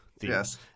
yes